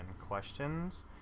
questions